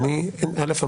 ראשית,